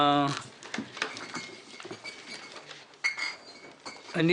אני